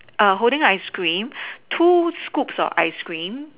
err holding ice cream two scoops of ice cream